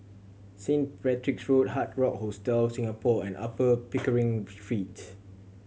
Saint Patrick's Road Hard Rock Hostel Singapore and Upper Pickering Street